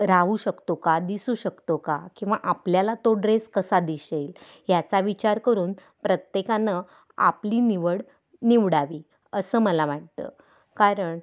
राहू शकतो का दिसू शकतो का किंवा आपल्याला तो ड्रेस कसा दिसेल याचा विचार करून प्रत्येकानं आपली निवड निवडावी असं मला वाटतं कारण